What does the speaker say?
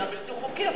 זה היה בלתי חוקי,